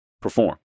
perform